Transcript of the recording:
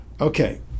Okay